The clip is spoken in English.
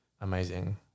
amazing